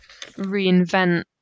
reinvent